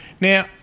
Now